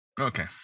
Okay